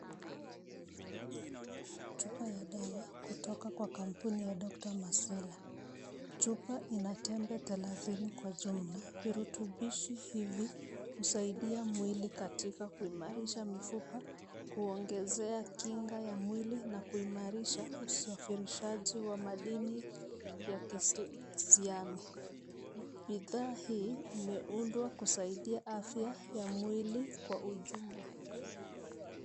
Chupa ya dawa kutoka kwa kampuni ya Doctor Mercola ,chupa inatembe thelathini kwa jumla virutubishi hivi husaidia mwili katika kuimarisha mifupa, kuongezea kinga ya mwili na kuimarisha usafirishaji wa madini ya kihusiano ,bidhaa hii imeundwa kusaidia afya ya mwili kwa ujumla.